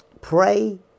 pray